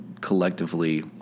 collectively